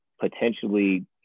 potentially